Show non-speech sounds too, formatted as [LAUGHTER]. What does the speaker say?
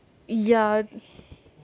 ya [BREATH]